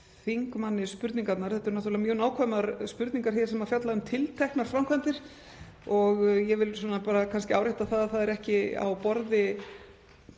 þingmanni spurningarnar. Þetta eru náttúrlega mjög nákvæmar spurningar sem fjalla um tilteknar framkvæmdir og ég vil bara árétta það að það er ekki á borði